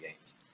games